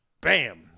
Bam